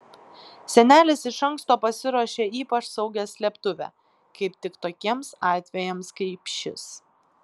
senelis iš anksto pasiruošė ypač saugią slėptuvę kaip tik tokiems atvejams kaip šis